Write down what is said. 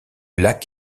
lac